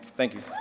thank you.